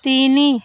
ତିନି